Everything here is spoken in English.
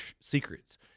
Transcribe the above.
secrets